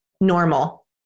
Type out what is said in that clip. normal